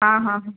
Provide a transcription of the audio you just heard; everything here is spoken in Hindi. हाँ हाँ हाँ